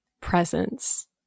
presence